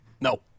No